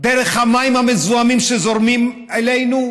דרך המים המזוהמים שזורמים אלינו,